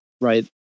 right